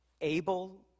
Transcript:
Able